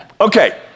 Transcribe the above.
Okay